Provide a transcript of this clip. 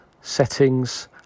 settings